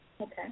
Okay